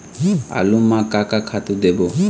आलू म का का खातू देबो?